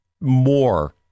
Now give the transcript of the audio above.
more